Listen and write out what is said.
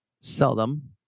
Seldom